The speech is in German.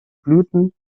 blüten